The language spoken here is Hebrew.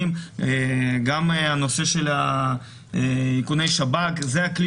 גם הנושא של איכוני השב"כ זה הכלי